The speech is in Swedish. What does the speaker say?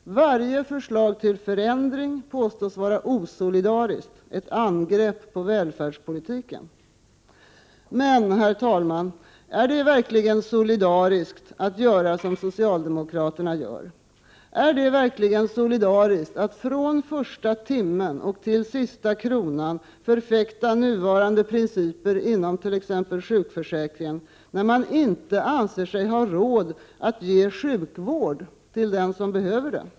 Varje förslag till förändring påstås vara osolidariskt, ett angrepp på välfärdspolitiken. Men, herr talman, är det verkligen solidaritet att göra som socialdemokraterna gör? Är det verkligen solidaritet att från första timmen och till sista kronan förfäkta nuvarande principer inom t.ex. sjukförsäkringen, när man inte anser sig ha råd att ge sjukvård till dem som behöver det?